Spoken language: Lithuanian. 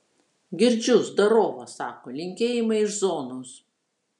girdžiu zdarova sako linkėjimai iš zonos